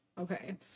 Okay